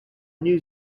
new